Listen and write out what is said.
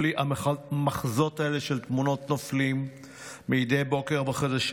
המחזות האלו של תמונות נופלים מדי בוקר בחדשות